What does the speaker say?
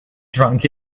drunk